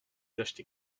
d’acheter